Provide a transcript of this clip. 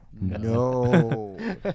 No